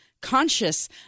conscious